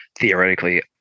theoretically